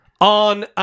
on